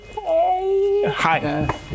Hi